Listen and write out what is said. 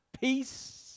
peace